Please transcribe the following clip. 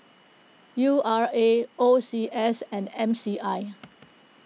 U R A O C S and M C I